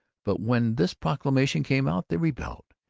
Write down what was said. but when this proclamation came out, they rebelled.